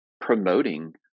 promoting